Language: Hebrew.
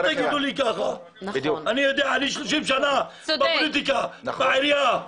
30 שנים אני בפוליטיקה, בעירייה.